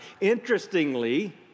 Interestingly